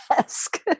desk